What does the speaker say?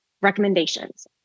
recommendations